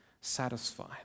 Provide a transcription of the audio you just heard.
satisfied